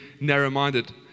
narrow-minded